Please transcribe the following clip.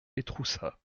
étroussat